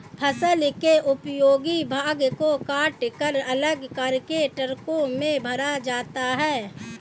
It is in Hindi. फसल के उपयोगी भाग को कटकर अलग करके ट्रकों में भरा जाता है